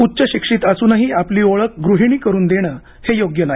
उच्च शिक्षित असूनही आपली ओळख गृहिणी करुन देणं हे योग्य नाही